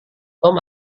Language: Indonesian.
tom